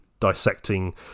dissecting